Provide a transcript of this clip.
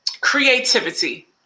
creativity